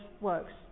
Works